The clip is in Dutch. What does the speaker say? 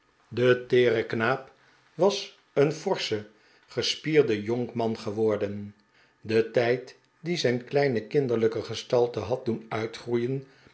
de teere knaap was een forsche gespierde jonkman geworden de tijd die zijn kleine kinderiijke gestalte had doen uitgroeien